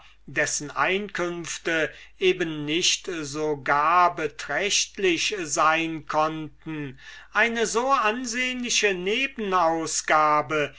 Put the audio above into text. dessen einkünfte eben nicht so gar beträchtlich sein konnten eine so ansehnliche